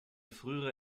frühere